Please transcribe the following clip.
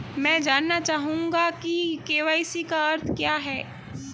मैं जानना चाहूंगा कि के.वाई.सी का अर्थ क्या है?